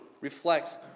reflects